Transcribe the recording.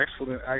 Excellent